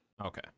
Okay